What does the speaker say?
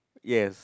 yes